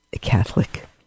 Catholic